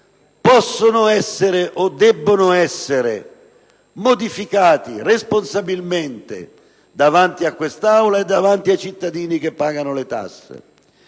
possono o debbono essere modificati, responsabilmente, davanti a quest'Aula e davanti ai cittadini che pagano le tasse.